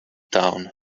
town